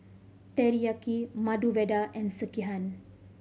Teriyaki Medu Vada and Sekihan